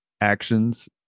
actions